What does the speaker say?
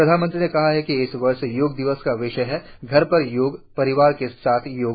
प्रधानमंत्री ने कहा कि इस वर्ष योग दिवस का विषय है घर पर योग परिवार के साथ योग